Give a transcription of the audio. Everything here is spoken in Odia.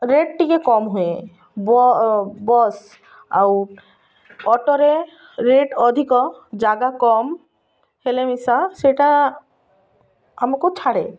ରେଟ୍ ଟିକେ କମ୍ ହୁଏ ବସ୍ ଆଉ ଅଟୋରେ ରେଟ୍ ଅଧିକ ଜାଗା କମ୍ ହେଲେ ମିଶା ସେଟା ଆମକୁ ଛାଡ଼େ